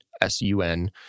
s-u-n